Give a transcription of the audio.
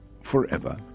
forever